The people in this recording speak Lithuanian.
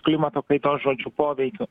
klimato kaitos žodžiu poveikio